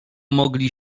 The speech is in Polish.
mogli